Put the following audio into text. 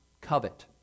covet